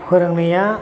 फोरोंनाया